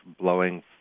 blowing